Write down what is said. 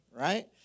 right